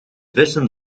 vissen